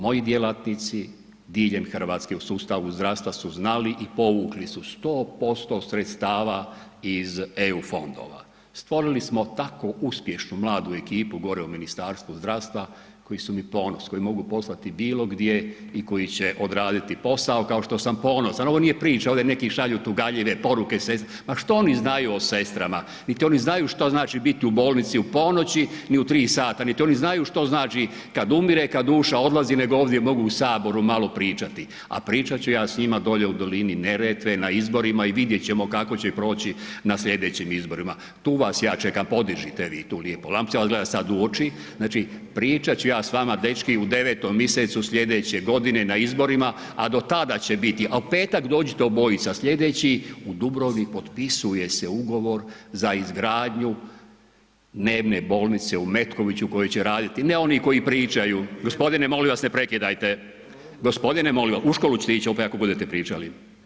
Moji djelatnici diljem RH u sustavu zdravstva su znali i povukli su 100% sredstava iz EU fondova, stvorili smo tako uspješnu mladu ekipu gore u Ministarstvu zdravstva koji su mi ponos, koje mogu poslati bilo gdje i koji će odraditi posao kao što sam ponosan, ovo nije priča, ovdje neki šalju tugaljive poruke sestrama, ma što oni znaju o sestrama, niti oni znaju što znači biti u bolnici u ponoći, ni u 3 sata, niti oni znaju što znači kad umire, kad duša odlazi, nego ovdje mogu u HS malo pričati, a pričat ću ja s njima dolje u dolini Neretve na izborima i vidjet ćemo kako će proći na slijedećim izborima, tu vas ja čekam, podižite vi tu lijepo lampice, al gledaj sad u oči, znači pričat ću ja s vama dečki u 9. misecu slijedeće godine na izborima, a do tada će biti, a u petak dođite obojica slijedeći u Dubrovnik potpisuje se Ugovor za izgradnju dnevne bolnice u Metkoviću koji će raditi, ne oni koji pričaju, gospodine molim vas ne prekidajte, gospodine molim, u školu ćete ić opet ako budete pričali.